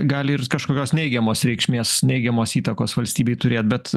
gali ir kažkokios neigiamos reikšmės neigiamos įtakos valstybei turėt bet